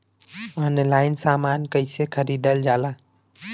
Online समान कैसे खरीदल जाला?